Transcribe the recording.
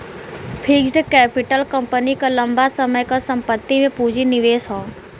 fixed capital company क लंबा समय क संपत्ति में पूंजी निवेश हौ